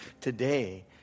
today